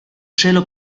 cielo